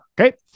okay